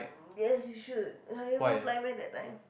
yes you should !huh! you never apply meh that time